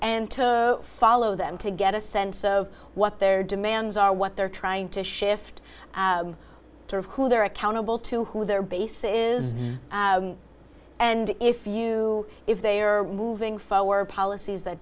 and to follow them to get a sense of what their demands are what they're trying to shift to of who they're accountable to who their base is and if you if they are moving forward policies that